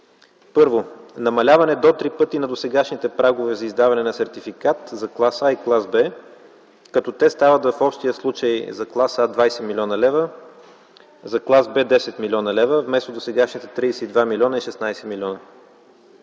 Първо, намаляване до три пъти на досегашните прагове за издаване на сертификат за клас А и клас Б, като те стават в общия случай за клас А 20 млн. лв. за клас Б – 10 млн. лв., вместо досегашните 32 милиона и 16 милиона.